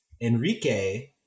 Enrique